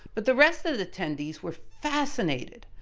but the rest of the attendees were fascinated.